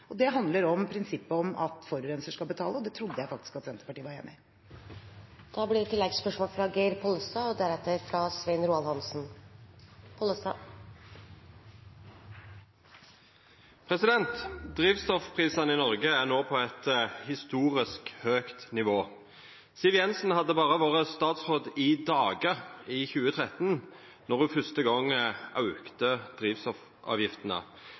Det handler om prinsippet om at forurenser skal betale, og det trodde jeg faktisk at Senterpartiet var enig i. Geir Pollestad – til oppfølgingsspørsmål. Drivstoffprisane i Noreg er no på eit historisk høgt nivå. Siv Jensen hadde vore statsråd i berre nokre dagar i 2013 då ho første gong